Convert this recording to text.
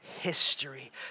history